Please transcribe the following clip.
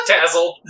Tazzle